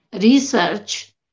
research